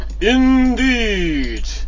Indeed